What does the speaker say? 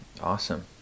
Awesome